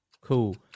Cool